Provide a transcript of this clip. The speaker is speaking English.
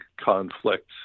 conflict